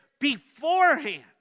beforehand